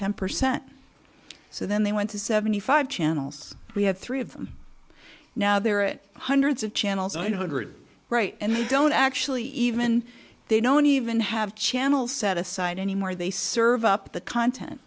ten percent so then they went to seventy five channels we have three of them now there are hundreds of channels on hundred right and they don't actually even they don't even have channel set aside anymore they serve up the content